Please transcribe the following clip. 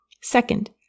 Second